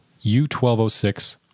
U-1206